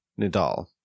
Nadal